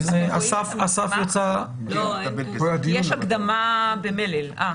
אז אסף יצא --- יש הקדמה במלל, אה.